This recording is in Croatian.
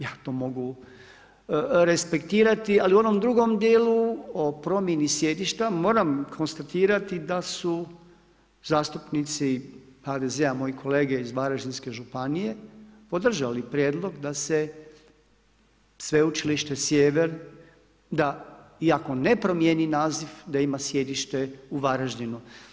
Ja to mogu respektirati, ali u onom drugom djelu o promjeni sjedišta moram konstatirati da su zastupnici HDZ-a, moji kolege iz Varaždinske županije podržali prijedlog da se Sveučilište Sjever, da i ako ne promijeni naziv, da ima sjedište u Varaždinu.